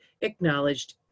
acknowledged